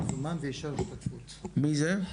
מי זה?